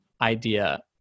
idea